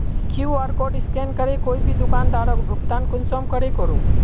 QR code scan करे कोई भी दुकानदारोक भुगतान कुंसम करे करूम?